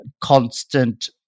constant